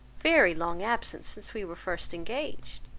very long absence since we were first engaged,